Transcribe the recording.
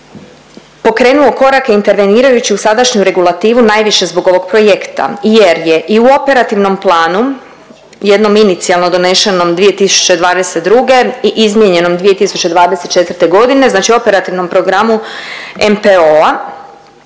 pokrenuo korake intervenirajući u sadašnju regulativu najviše zbog ovog projekta jer je i u operativnom planu jednom inicijalno donešenom 2022. i izmijenjenom 2024. godine, znači operativnom programu NPOO-a